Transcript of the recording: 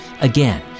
Again